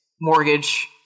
mortgage